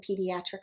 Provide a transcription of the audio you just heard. pediatric